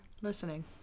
listening